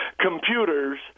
computers